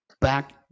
back